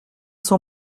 son